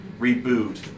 reboot